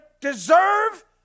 deserve